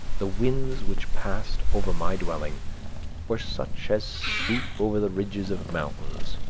the winds which passed over my dwelling were such as sweep over the ridges of mountains,